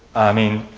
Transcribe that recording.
i mean